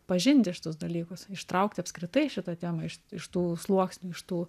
pažinti šitus dalykus ištraukt apskritai šitą temą iš iš tų sluoksnių iš tų